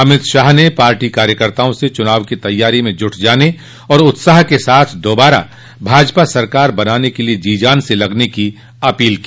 अमित शाह ने पार्टी कार्यकर्ताओं से चुनाव की तैयारी में जुट जाने और उत्साह के साथ दोबारा भाजपा सरकार बनाने के लिये जी जान से लगने की अपील की